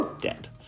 Dead